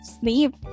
sleep